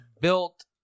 built